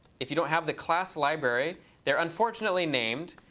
if you don't have the class library they're unfortunately named.